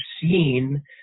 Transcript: seen